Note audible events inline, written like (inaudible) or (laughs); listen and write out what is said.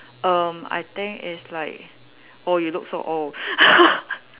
erm I think it's like oh you look so old (laughs)